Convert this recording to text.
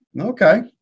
Okay